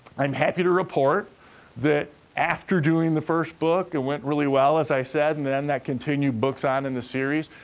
i'm happy to report that after doing the first book, it went really well, as i said, and then that continued books on in the series.